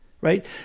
right